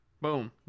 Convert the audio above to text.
Boom